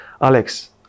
Alex